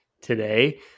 today